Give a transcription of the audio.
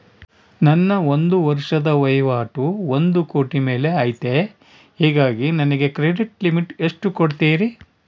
ನನ್ನ ಒಂದು ವರ್ಷದ ವಹಿವಾಟು ಒಂದು ಕೋಟಿ ಮೇಲೆ ಐತೆ ಹೇಗಾಗಿ ನನಗೆ ಕ್ರೆಡಿಟ್ ಲಿಮಿಟ್ ಎಷ್ಟು ಕೊಡ್ತೇರಿ?